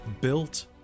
built